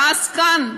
ואז כאן,